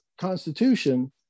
constitution